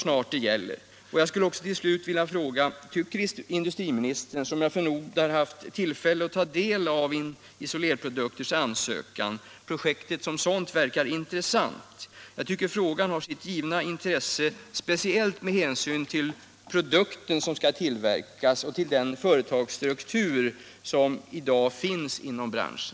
Jag skulle också till slut vilja fråga industriministern, som jag förmodar haft tillfälle att ta del av Isolerprodukter AB:s ansökan, om projektet som sådant verkar intressant. Jag tycker att frågan har sitt givna intresse, speciellt med hänsyn till produkten som skall tillverkas och till den företagsstruktur som i dag finns inom branschen.